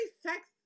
sex